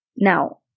Now